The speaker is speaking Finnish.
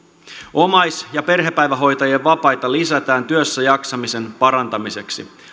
omais ja perhepäivähoitajien vapaita lisätään työssäjaksamisen parantamiseksi